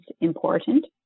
important